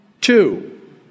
Two